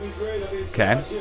Okay